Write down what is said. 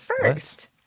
first